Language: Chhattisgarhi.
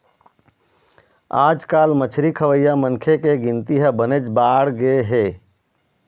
आजकाल मछरी खवइया मनखे के गिनती ह बनेच बाढ़गे हे